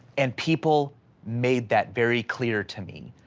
and people made that very clear to me.